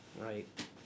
right